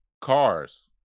Cars